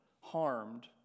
harmed